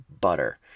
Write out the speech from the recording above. butter